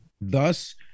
thus